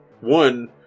One